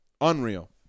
Unreal